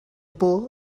por